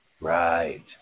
Right